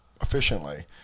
efficiently